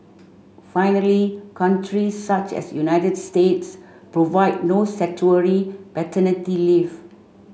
finally countries such as United States provide no statutory paternity leave